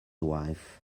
wife